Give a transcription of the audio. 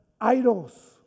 idols